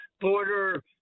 border